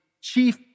chief